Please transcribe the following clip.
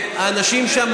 והאנשים שם,